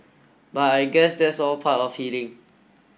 but I guess that's all part of healing